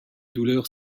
douleur